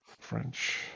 French